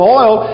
oil